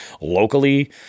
locally